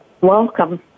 Welcome